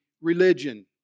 religion